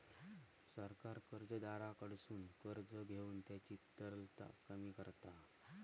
सरकार कर्जदाराकडसून कर्ज घेऊन त्यांची तरलता कमी करता